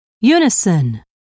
unison